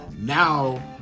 Now